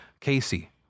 Casey